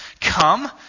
come